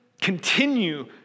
continue